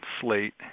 slate